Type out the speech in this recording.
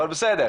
אבל בסדר.